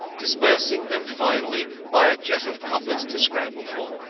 dispersing them finally by a jet of coppers to scramble for.